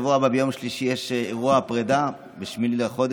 בשבוע הבא ביום שלישי יש אירוע פרידה, ב-8 בחודש.